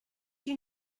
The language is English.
you